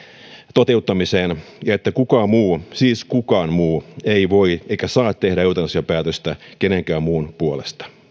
toteuttamiseen ja että kukaan muu siis kukaan muu ei voi eikä saa tehdä eutanasiapäätöstä kenenkään muun puolesta